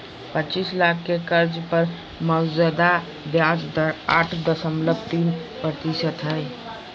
पचीस लाख के कर्ज पर मौजूदा ब्याज दर आठ दशमलब तीन प्रतिशत हइ